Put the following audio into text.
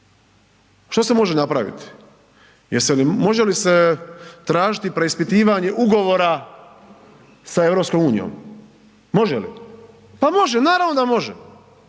Što se može napraviti? Može li se tražiti preispitivanje ugovora sa EU? Može li? Pa može, naravno da može,